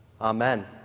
Amen